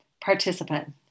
participant